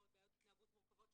או בעיות התנהגות מורכבות,